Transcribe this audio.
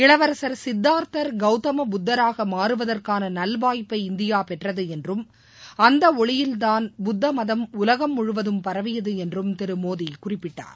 இளவரசர் சித்தார்த்தர் கௌதம புத்தராக மாறுவதற்கான நல்வாய்ப்பை இந்தியா பெற்றது என்றும் அந்த ஒளியில்தான் புத்தமதம் உலகம் முழுவதும் பரவியது என்றும் திரு மோடி குறிப்பிட்டார்